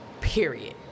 period